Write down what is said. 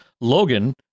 Logan